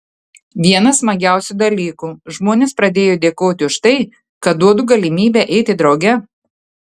vienas smagiausių dalykų žmonės pradėjo dėkoti už tai kad duodu galimybę eiti drauge